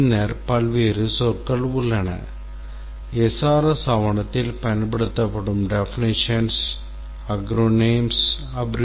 பின்னர் பல்வேறு சொற்கள் உள்ளன SRS ஆவணத்தில் பயன்படுத்தப்படும் definitions acronyms abbreviations